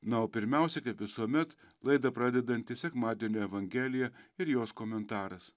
na o pirmiausia kaip visuomet laidą pradedanti sekmadienio evangelija ir jos komentaras